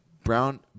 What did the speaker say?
Brown